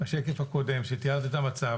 בשקף הקודם כשתיארת את המצב,